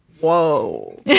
whoa